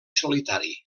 solitari